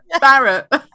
Barrett